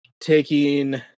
taking